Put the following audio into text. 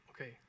okay